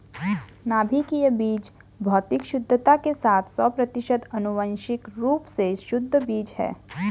नाभिकीय बीज भौतिक शुद्धता के साथ सौ प्रतिशत आनुवंशिक रूप से शुद्ध बीज है